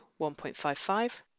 1.55